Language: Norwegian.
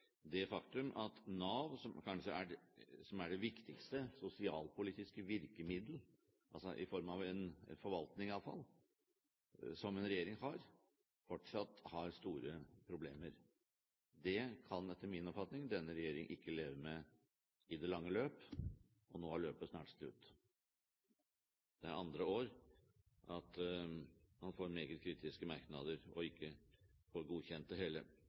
det faktum at Nav, som er det viktigste sosialpolitiske virkemiddel, i form av en forvaltning iallfall som en regjering har, fortsatt har store problemer. Det kan etter min oppfatning denne regjering ikke leve med i det lange løp, og nå er løpet snart slutt. Det er andre året man får meget kritiske merknader, og ikke får godkjent det hele.